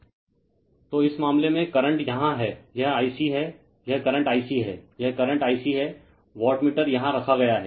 refer slide time 0618 तो इस मामले में करंट यहाँ है यह Ic है यह करंट Ic है यह करंट Ic है वाटमीटर यहां रखा गया है